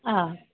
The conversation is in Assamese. অঁ